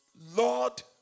Lord